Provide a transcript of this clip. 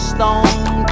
Stone